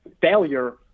failure